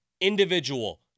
individual